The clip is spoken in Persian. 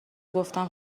گفتم